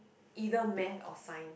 either Math or Science